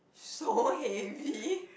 so heavy